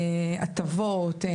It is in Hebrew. הטבות,